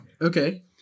okay